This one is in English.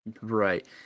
Right